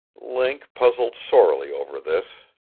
link puzzled sorely over this.